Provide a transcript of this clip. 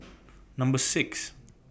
Number six